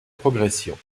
progression